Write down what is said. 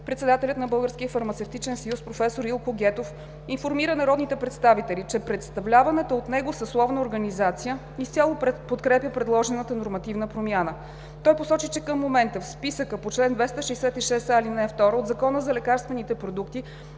Председателят на Българския фармацевтичен съюз професор Илко Гетов информира народните представители, че представляваната от него съсловна организация изцяло подкрепя предложената нормативна промяна. Той посочи, че към момента в списъка по чл. 266а, ал. 2 от Закона за лекарствените продукти